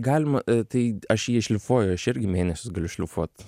galima tai aš jį šlifuoju aš irgi mėnesius galiu šlifuot